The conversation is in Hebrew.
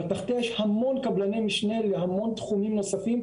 אבל תחתיה יש המון קבלני משנה להמון תחומים נוספים,